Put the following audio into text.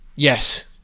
Yes